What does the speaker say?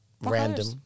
Random